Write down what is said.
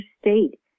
state